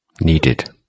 needed